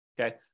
Okay